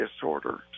disorder